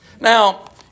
Now